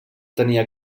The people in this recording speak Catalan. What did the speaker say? tenia